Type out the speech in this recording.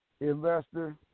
investor